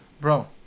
Bro